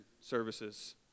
services